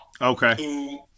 Okay